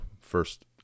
first